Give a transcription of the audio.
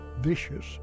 vicious